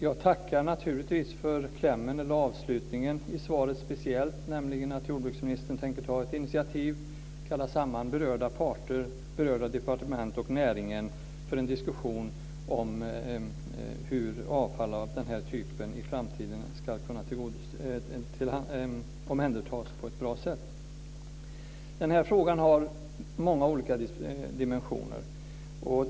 Jag tackar naturligtvis speciellt för avslutningen i svaret, nämligen att jordbruksministern tänker ta ett initiativ och kalla samman berörda parter och departement samt näringen för en diskussion om hur avfall av denna typ i framtiden ska kunna omhändertas på ett bra sätt. Frågan har många olika dimensioner.